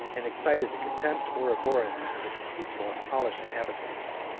and excited the contempt, or abhorrence, of its peaceful and polished inhabitants.